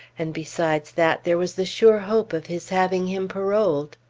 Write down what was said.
and besides that, there was the sure hope of his having him paroled.